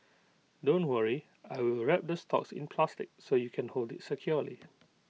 don't worry I will wrap the stalks in plastic so you can hold IT securely